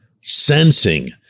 Sensing